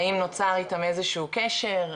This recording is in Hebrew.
האם נוצר איתם איזשהו קשר,